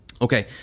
Okay